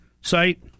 site